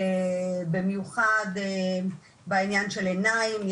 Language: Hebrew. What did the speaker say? במיוחד בעניין של העיניים.